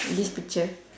this picture